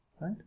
right